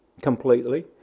completely